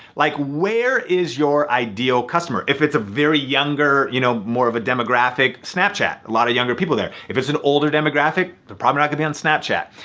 like where is your ideal customer? if it's a very younger you know more of a demographic, snapchat. a lot of younger people there. if it's an older demographic, they're probably not gonna be on snapchat.